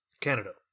Canada